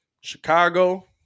Chicago